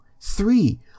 three